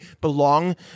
belong